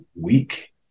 week